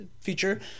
feature